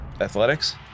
athletics